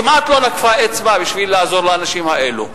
כמעט לא נקפה אצבע בשביל לעזור לאנשים האלה.